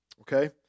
okay